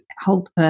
hold